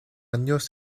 años